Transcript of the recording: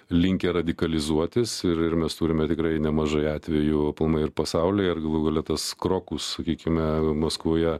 linkę radikalizuotis ir ir mes turime tikrai nemažai atvejų aplamai ir pasaulyje ir galų gale tas krokus sakykime maskvoje